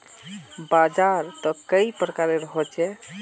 बाजार त कई प्रकार होचे?